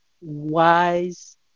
wise